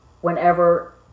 whenever